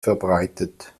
verbreitet